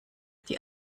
die